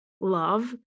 love